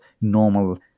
normal